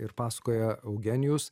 ir pasakoja eugenijus